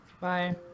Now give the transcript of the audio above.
Bye